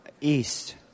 east